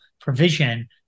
provision